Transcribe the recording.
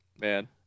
Man